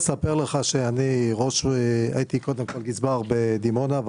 הייתי גזבר בדימונה,